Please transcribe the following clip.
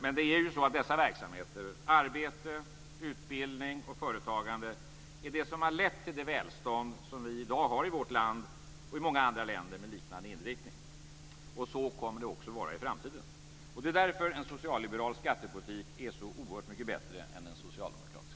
Men det är dessa verksamheter, dvs. arbete, utbildning och företagande, som har lett till det välstånd som vi i dag har i vårt land och i många andra länder med liknande inriktning. Så kommer det också att vara i framtiden. Det är därför som en socialliberal skattepolitik är så mycket bättre än en socialdemokratisk.